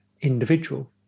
individual